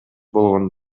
болгон